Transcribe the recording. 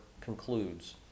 concludes